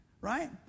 right